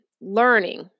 learning